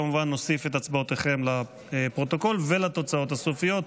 כמובן נוסיף את הצבעותיכם לפרוטוקול ולתוצאות הסופיות.